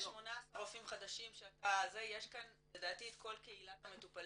יש 18 רופאים חדשים שאתה --- יש כאן לדעתי את כל קהילת המטופלים,